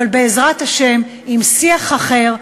אבל בעזרת השם עם שיח אחר,